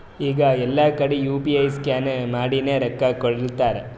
ಈಗ ಎಲ್ಲಾ ಕಡಿ ಯು ಪಿ ಐ ಸ್ಕ್ಯಾನ್ ಮಾಡಿನೇ ರೊಕ್ಕಾ ಕೊಡ್ಲಾತಾರ್